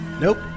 Nope